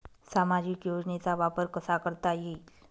सामाजिक योजनेचा वापर कसा करता येईल?